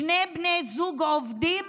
שני בני הזוג עובדים,